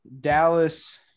Dallas